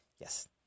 Yes